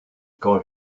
quand